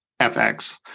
FX